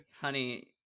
Honey